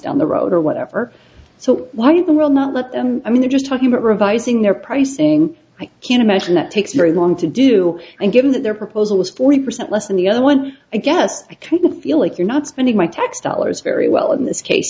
down the road or whatever so why did the will not let them i mean they're just talking about revising their pricing i can imagine it takes very long to do and given that their proposal was forty percent less than the other one i guess i kind of feel like you're not spending my tax dollars very well in this case